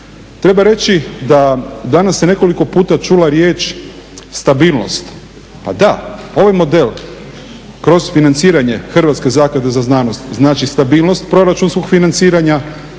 Treba reći da danas se nekoliko puta čula riječ stabilnost. Da, ovaj model kroz financiranje Hrvatske zaklade za znanost znači stabilnost proračunskog financiranja